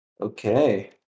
Okay